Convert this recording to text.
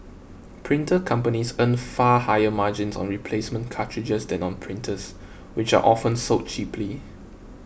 printer companies earn far higher margins on replacement cartridges than on printers which are often sold cheaply